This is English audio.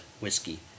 whiskey